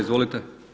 Izvolite.